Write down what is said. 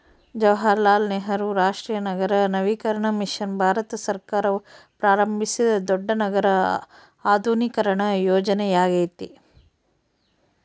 ಜವಾಹರಲಾಲ್ ನೆಹರು ರಾಷ್ಟ್ರೀಯ ನಗರ ನವೀಕರಣ ಮಿಷನ್ ಭಾರತ ಸರ್ಕಾರವು ಪ್ರಾರಂಭಿಸಿದ ದೊಡ್ಡ ನಗರ ಆಧುನೀಕರಣ ಯೋಜನೆಯ್ಯಾಗೆತೆ